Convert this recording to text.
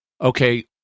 Okay